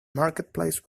marketplace